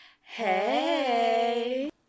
Hey